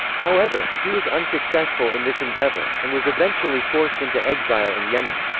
however, he was unsuccessful in this endeavor, and was eventually forced into exile in yemen.